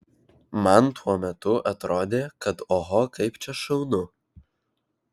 man tuo metu atrodė kad oho kaip čia šaunu